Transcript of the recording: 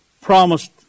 promised